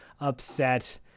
upset